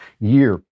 year